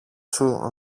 σου